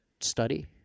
study